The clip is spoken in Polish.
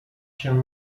się